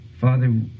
father